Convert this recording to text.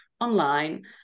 online